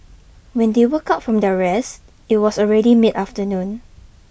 when they woke up from their rest it was already mid afternoon